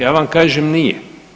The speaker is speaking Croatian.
Ja vam kažem nije.